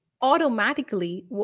automatically